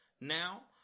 now